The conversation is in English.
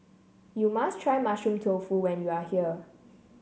you must try Mushroom Tofu when you are here